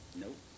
Nope